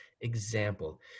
example